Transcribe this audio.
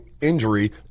injury